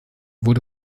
wurde